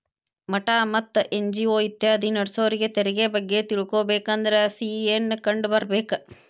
ಮಠಾ ಮತ್ತ ಎನ್.ಜಿ.ಒ ಇತ್ಯಾದಿ ನಡ್ಸೋರಿಗೆ ತೆರಿಗೆ ಬಗ್ಗೆ ತಿಳಕೊಬೇಕಂದ್ರ ಸಿ.ಎ ನ್ನ ಕಂಡು ಬರ್ಬೇಕ